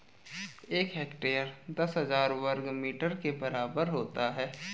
एक हेक्टेयर दस हजार वर्ग मीटर के बराबर है